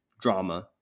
drama